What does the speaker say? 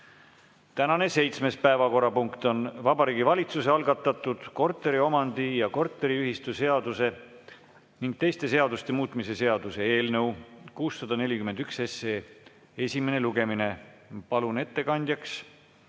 Tänane seitsmes päevakorrapunkt on Vabariigi Valitsuse algatatud korteriomandi- ja korteriühistuseaduse ning teiste seaduste muutmise seaduse eelnõu 641 esimene lugemine. Palun ettekandjaks